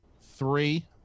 three